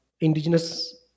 indigenous